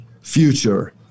future